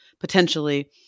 potentially